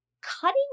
cutting